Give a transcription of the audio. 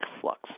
flux